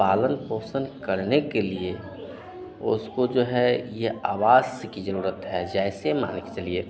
पालन पोषण करने के लिए उसको जो है यह आवास की ज़रूरत है जैसे मान के चलिए